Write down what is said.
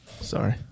Sorry